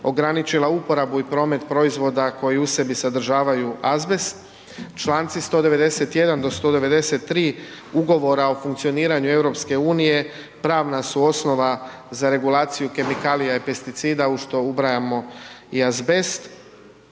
ograničila uporabu i promet proizvoda koji u sebi sadržavaju azbest, čl. 191. do 193. Ugovora o funkcioniranju EU pravna su osnova za regulaciju kemikalija i pesticida u što ubrajamo i azbest.